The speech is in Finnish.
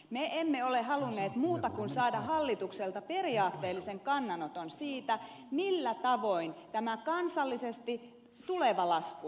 me emme ole halunneet muuta kuin saada hallitukselta periaatteellisen kannanoton siitä millä tavoin tämä kansallisesti tuleva lasku maksetaan